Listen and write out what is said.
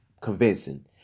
convincing